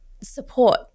support